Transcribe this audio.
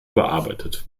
überarbeitet